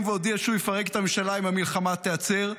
והודיע שהוא יפרק את הממשלה אם המלחמה תיעצר.